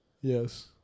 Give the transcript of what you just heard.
Yes